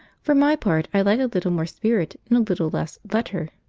for my part, i like a little more spirit, and a little less letter!